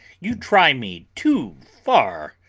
you try me too far.